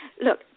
Look